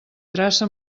traça